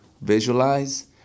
visualize